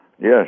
Yes